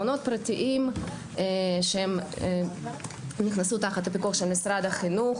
מעונות פרטיים שנכנסו תחת הפיקוח של משרד החינוך.